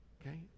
okay